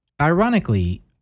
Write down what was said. Ironically